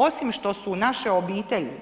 Osim što su naše obitelji